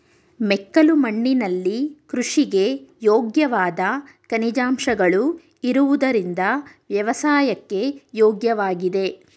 ಮೆಕ್ಕಲು ಮಣ್ಣಿನಲ್ಲಿ ಕೃಷಿಗೆ ಯೋಗ್ಯವಾದ ಖನಿಜಾಂಶಗಳು ಇರುವುದರಿಂದ ವ್ಯವಸಾಯಕ್ಕೆ ಯೋಗ್ಯವಾಗಿದೆ